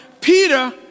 Peter